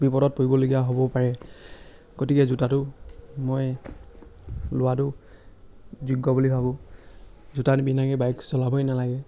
বিপদত পৰিবলগীয়া হ'বও পাৰে গতিকে জোতাটো মই লোৱাটো যোগ্য বুলি ভাবোঁ জোতা নিপিন্ধাকৈ বাইক চলাবই নেলাগে